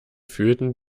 fühlten